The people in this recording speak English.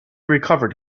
recovered